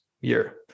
year